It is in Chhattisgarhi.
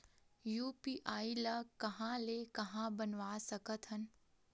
यू.पी.आई ल कहां ले कहां ले बनवा सकत हन?